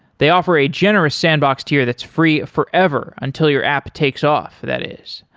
they offer a generous sandbox tier that's free forever until your app takes off, that is.